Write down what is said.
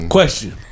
Question